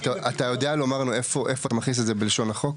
אתה יודע להגיד לנו איפה אתה מכניס את זה בלשון החוק?